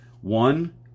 one